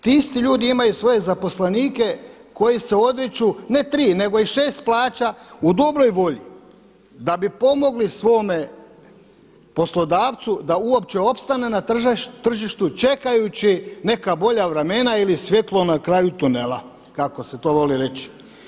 Ti isti ljudi imaju svoje zaposlenike koji se odriču ne tri nego i šest plaća u dobroj volji da bi pomogli svome poslodavcu da uopće opstane na tržištu, čekajući neka bolja vremena ili svjetlo na kraju tunela, kako se to voli reći.